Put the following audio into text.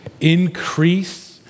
increase